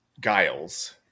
guiles